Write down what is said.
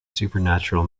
supernatural